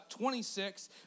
26